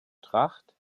tracht